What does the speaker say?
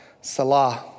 Salah